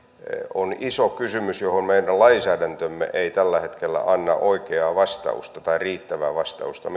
on iso kysymys johon meidän lainsäädäntömme ei tällä hetkellä anna oikeaa tai mitenkään riittävää vastausta